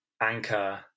Anchor